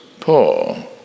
paul